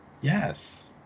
yes